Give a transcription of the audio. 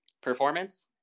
performance